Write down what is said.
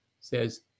says